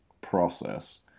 process